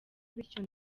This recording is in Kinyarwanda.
bityo